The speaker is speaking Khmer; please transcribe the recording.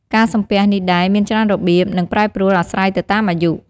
ការសំពះនេះដែរមានច្រើនរបៀប និងប្រែប្រួលអាស្រ័យទៅតាមអាយុ។